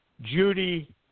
Judy